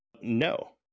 No